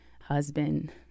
husband